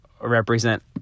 represent